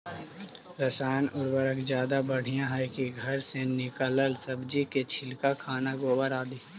रासायन उर्वरक ज्यादा बढ़िया हैं कि घर से निकलल सब्जी के छिलका, खाना, गोबर, आदि?